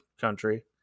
country